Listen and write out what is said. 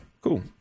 Cool